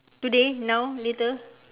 today now later